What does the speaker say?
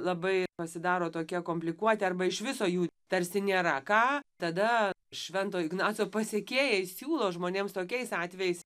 labai pasidaro tokie komplikuoti arba iš viso jų tarsi nėra ką tada švento ignaco pasekėjai siūlo žmonėms tokiais atvejais